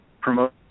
promote